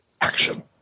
action